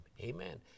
amen